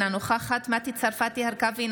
אינה נוכחת מטי צרפתי הרכבי,